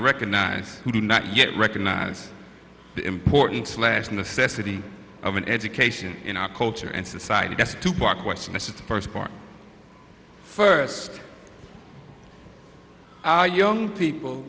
recognize who do not yet recognize the importance last necessity of an education in our culture and society that's two part question this is the first part first our young people